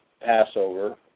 Passover